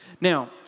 Now